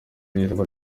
rero